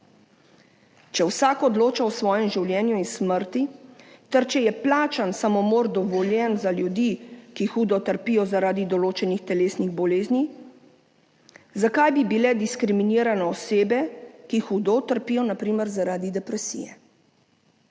Če vsak odloča o svojem življenju in smrti ter če je plačan samomor dovoljen za ljudi, ki hudo trpijo zaradi določenih telesnih bolezni, zakaj bi bile diskriminirane osebe, ki hudo trpijo na primer zaradi depresije?